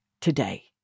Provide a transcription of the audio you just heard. today